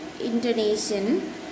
intonation